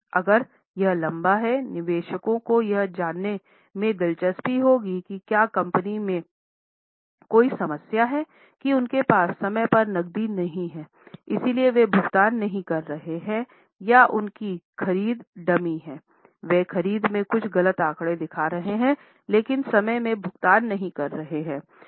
अगर यह लंबा हैं निवेशकों को यह जानने में दिलचस्पी होगी कि क्या कंपनी में कोई समस्या है कि उनके पास समय पर नकदी नहीं है इसलिए वे भुगतान नहीं कर रहे हैं या उनकी खरीद डमी है वे खरीद में कुछ गलत आंकड़े दिखा रहे हैं लेकिन समय में भुगतान नहीं कर रहे हैं